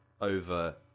over